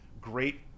great